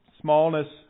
smallness